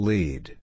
Lead